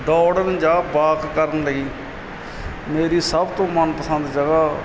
ਦੌੜਨ ਜਾਂ ਬਾਕ ਕਰਨ ਲਈ ਮੇਰੀ ਸਭ ਤੋਂ ਮਨਪਸੰਦ ਜਗ੍ਹਾ